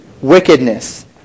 Wickedness